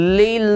lay